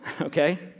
okay